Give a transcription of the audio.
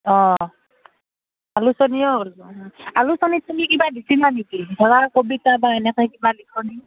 অঁ আলোচনীও আলোচনী তুমি কিবা দিছিলা নেকি ধৰা কবিতা বা এনেকে কিবা লিখনী